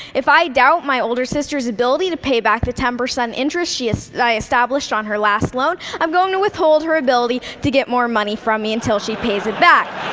if i doubt my older sister's ability to pay back the ten percent interest like i established on her last loan, i'm going to withhold her ability to get more money from me, until she pays it back.